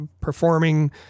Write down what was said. performing